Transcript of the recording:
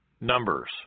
Numbers